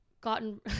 gotten